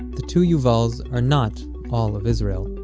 the two yuvals are not all of israel.